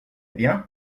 bien